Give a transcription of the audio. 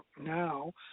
now